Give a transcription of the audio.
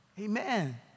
Amen